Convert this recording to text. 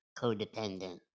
codependent